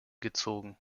gezogen